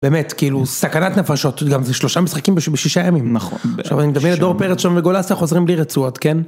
באמת, כאילו, סכנת נפשות, גם זה שלושה משחקים בשישה הימים, נכון. עכשיו אני מדבר על דור פרץ שם וגולסה חוזרים בלי רצועות, כן?